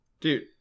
Dude